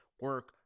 Work